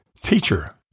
Teacher